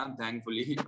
thankfully